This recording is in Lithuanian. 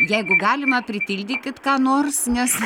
jeigu galima pritildykit ką nors nes